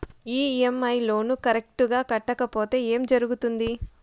EMI loan correct గా కట్టకపోతే ఏం జరుగుతుంది